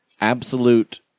absolute